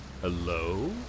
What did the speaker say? Hello